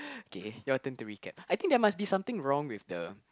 K your turn to recap I think there must be something wrong with the